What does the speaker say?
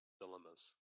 dilemmas